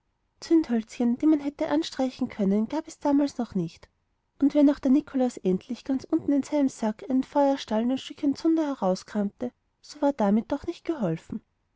zündhölzchen die man hätte anstreichen können gab es damals noch nicht und wenn auch der nikolaus endlich ganz unten aus seinem sack einen feuerstahl und ein stückchen zunder herauskramte so war damit doch nicht geholfen